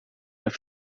det